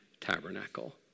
tabernacle